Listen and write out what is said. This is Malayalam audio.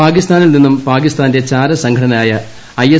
പാകിസ്ഥാനിൽ നിന്നും പാകിസ്ഥാന്റെ ചാരസംഘടനയായ ഐഎസ്